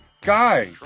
guy